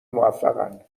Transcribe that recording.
موفقن